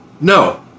no